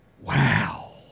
wow